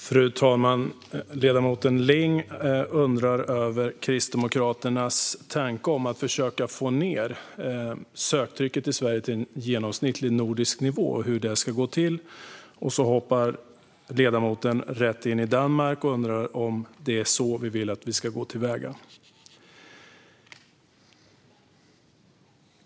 Fru talman! Ledamoten Ling undrar över Kristdemokraternas tanke att försöka få ned söktrycket till Sverige till en genomsnittlig nordisk nivå och hur det ska gå till. Sedan hoppar ledamoten rätt in i Danmark och undrar om det är så vi vill gå till väga.